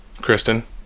Kristen